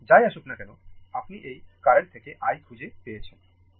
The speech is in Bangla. যাই আসুক না কেন আপনি এই কারেন্ট থেকে i খুঁজে পেয়েছেন